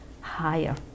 higher